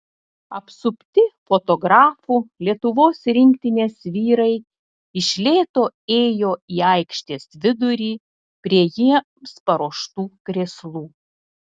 apsupti fotografų lietuvos rinktinės vyrai iš lėto ėjo į aikštės vidurį prie jiems paruoštų krėslų